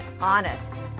honest